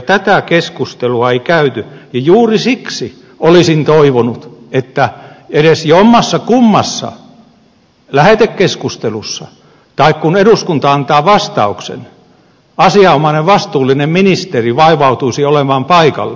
tätä keskustelua ei käyty ja juuri siksi olisin toivonut että edes jommassakummassa lähetekeskustelussa tai silloin kun eduskunta antaa vastauksen asianomainen vastuullinen ministeri vaivautuisi olemaan paikalla